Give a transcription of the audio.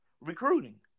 recruiting